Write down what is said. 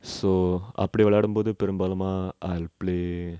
so அப்டி வெளயாடும்போது பெரும்பாலுமா:apdi velayadumpothu perumpaaluma I'll play